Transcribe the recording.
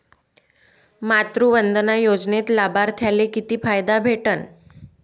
मातृवंदना योजनेत लाभार्थ्याले किती फायदा भेटन?